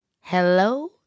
Hello